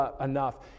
enough